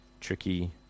tricky